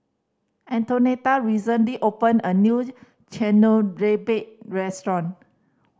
Antonetta recently opened a new restaurant